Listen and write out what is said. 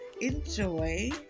enjoy